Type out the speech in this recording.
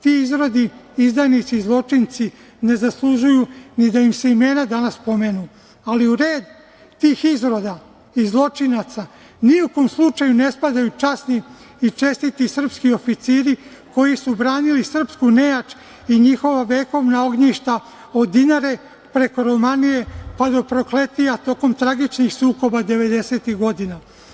Ti izrodi, izdajnici i zločinci ne zaslužuju ni da im se imena danas pomenu, ali u red tih izroda i zločinaca ni u kom slučaju ne spadaju časni i čestiti srpski oficiri koji su branili srpsku nejač i njihova vekovna ognjišta od Dinare preko Romanije, pa do Prokletija tokom tragičnih sukoba devedesetih godina.